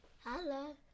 Hello